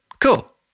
cool